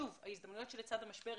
שוב, ההזדמנויות שלצד המשבר.